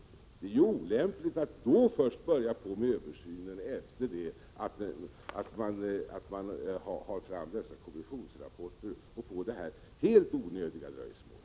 Det är olämpligt att först då, efter det att man fått fram kommissionsrapporterna, påbörja en översyn och därigenom få detta helt onödiga dröjsmål.